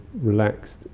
relaxed